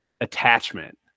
attachment